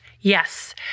Yes